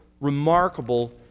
remarkable